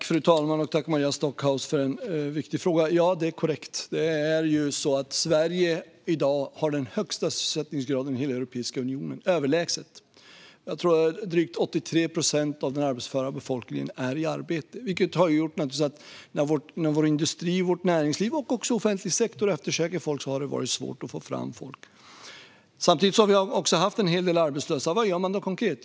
Fru talman! Jag tackar Maria Stockhaus för en viktig fråga. Det hon säger är korrekt. Sverige har i dag den överlägset högsta sysselsättningsgraden i hela Europeiska unionen. Jag tror att drygt 83 procent av den arbetsföra befolkningen är i arbete. Det har naturligtvis gjort att det har varit svårt att få fram folk när vår industri, vårt näringsliv och också offentlig sektor eftersöker folk. Samtidigt har vi haft en hel del arbetslösa. Vad gör man då konkret?